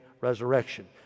resurrection